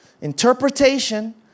Interpretation